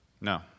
No